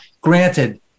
granted